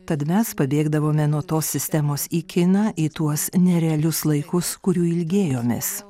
tad mes pabėgdavome nuo tos sistemos į kiną į tuos nerealius laikus kurių ilgėjomės